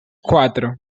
cuatro